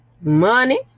money